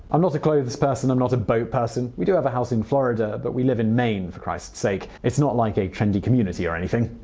i'm not a clothes person. i'm not a boat person. we do have a house in florida. but we live in maine, for christ's sake. it's not like a trendy community or anything.